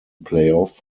playoff